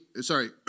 Sorry